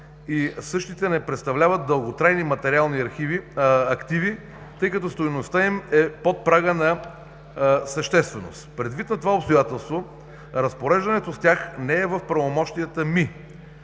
Същите не предполагат дълготрайни материални активи, тъй като стойността им е под прага на същественост. Предвид на това обстоятелство, разпореждането с тях не е в правомощията ми.